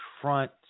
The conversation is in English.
front